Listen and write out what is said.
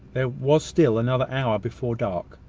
there was still another hour before dark.